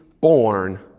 born